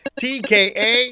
tka